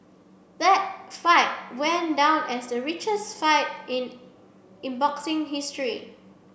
that fight went down as the richest fight in in boxing history